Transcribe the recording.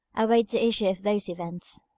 await the issue of those events.